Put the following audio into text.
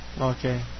Okay